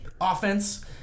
offense